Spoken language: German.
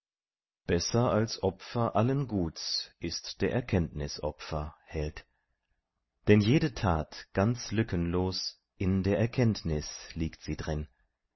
besser als opfer allen guts ist der erkenntnis opfer held denn jede tat ganz lückenlos in der erkenntnis liegt sie drin